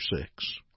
six